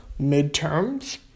midterms